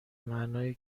معنای